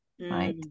Right